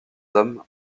hommes